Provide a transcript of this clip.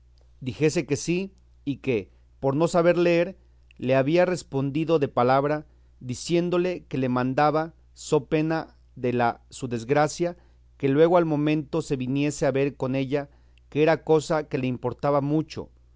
dijese que sí y que por no saber leer le había respondido de palabra diciéndole que le mandaba so pena de la su desgracia que luego al momento se viniese a ver con ella que era cosa que le importaba mucho